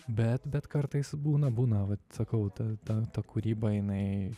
bet bet kartais būna būna vat sakau ta ta ta kūryba jinai